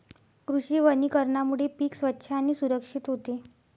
कृषी वनीकरणामुळे पीक स्वच्छ आणि सुरक्षित होते